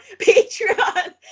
Patreon